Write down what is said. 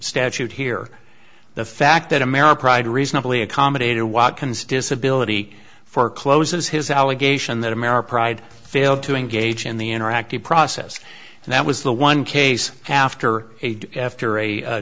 statute here the fact that america pride reasonably accommodate a watkins disability forecloses his allegation that ameriprise had failed to engage in the interactive process and that was the one case after a after a